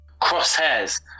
Crosshairs